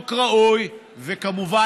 נכונה,